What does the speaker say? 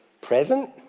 present